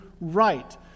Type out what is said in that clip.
right